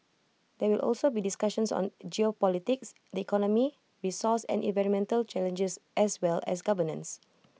there will also be discussions on geopolitics the economy resource and environmental challenges as well as governance